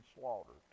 slaughtered